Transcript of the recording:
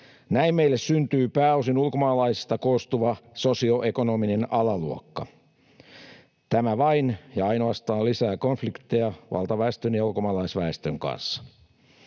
Näin meille syntyy pääosin ulkomaalaisista koostuva sosioekonominen alaluokka. Tämä vain ja ainoastaan lisää konflikteja valtaväestön ja ulkomaalaisväestön kanssa.